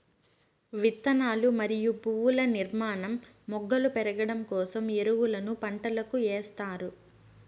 విత్తనాలు మరియు పువ్వుల నిర్మాణం, మొగ్గలు పెరగడం కోసం ఎరువులను పంటలకు ఎస్తారు